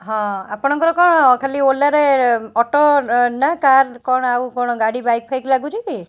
ହଁ ଆପଣଙ୍କର କ'ଣ ଖାଲି ଓଲାରେ ଅଟୋ ନା କାର୍ କ'ଣ ଆଉ କ'ଣ ଗାଡ଼ି ବାଇକ୍ ଫାଇକ୍ ଲାଗୁଛି କି